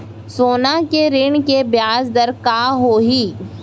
सोना के ऋण के ब्याज दर का होही?